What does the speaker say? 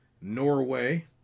norway